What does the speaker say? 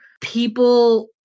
people